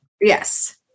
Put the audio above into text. Yes